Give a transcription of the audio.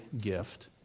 gift